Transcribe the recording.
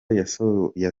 yasohoye